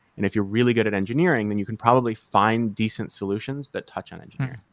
and if you're really good at engineering and you can probably find decent solutions that touch on engineering.